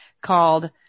called